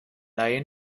laie